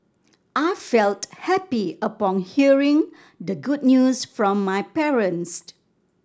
I felt happy upon hearing the good news from my parents